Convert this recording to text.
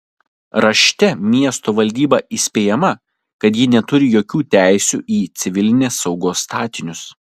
rašte miesto valdyba įspėjama kad ji neturi jokių teisių į civilinės saugos statinius